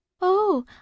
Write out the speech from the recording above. Oh